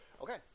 Okay